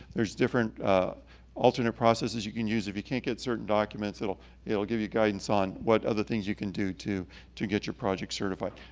there's different alternate processes you can use, if you can't get certain documents, it'll it'll give you guidance on what other things you can do to to get your project certified.